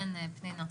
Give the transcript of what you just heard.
כן, פנינה.